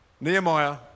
Nehemiah